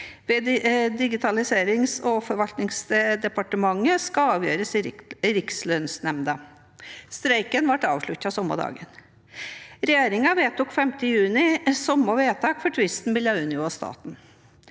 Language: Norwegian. ved Digitaliserings- og forvaltningsdepartementet skal avgjøres i Rikslønnsnemnda. Streiken ble avsluttet samme dag. Regjeringen vedtok 5. juni samme vedtak for tvisten mellom Unio og staten.